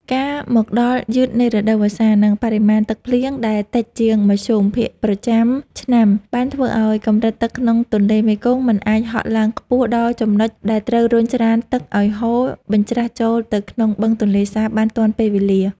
ការមកដល់យឺតនៃរដូវវស្សា និងបរិមាណទឹកភ្លៀងដែលតិចជាងមធ្យមភាគប្រចាំឆ្នាំ បានធ្វើឱ្យកម្រិតទឹកក្នុងទន្លេមេគង្គមិនអាចហក់ឡើងខ្ពស់ដល់ចំណុចដែលត្រូវរុញច្រានទឹកឱ្យហូរបញ្ច្រាសចូលទៅក្នុងបឹងទន្លេសាបបានទាន់ពេលវេលា។